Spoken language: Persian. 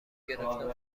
گرفتم